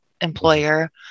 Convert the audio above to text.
employer